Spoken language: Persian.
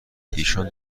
ایشان